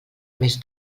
més